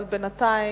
אבל בינתיים,